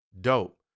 dope